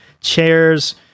chairs